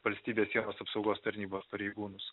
valstybės sienos apsaugos tarnybos pareigūnus